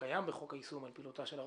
שקיים בחוק היישום על פעילותה של הרשות,